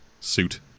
suit